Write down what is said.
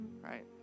right